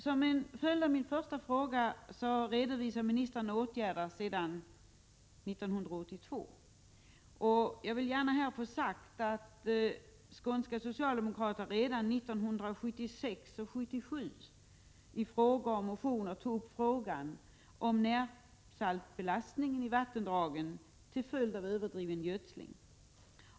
Som en följd av min första fråga redovisar ministern åtgärder sedan 1982. Jag vill gärna här få sagt att skånska socialdemokrater redan 1976 och 1977 i frågor och motion tog upp frågan om närsaltsbelastningen i vattendragen till följd av överdriven gödsling.